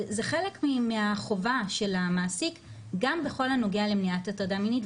זה חלק מהחובה של המעסיק גם בכל הנודע להטרדה מינית,